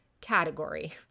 category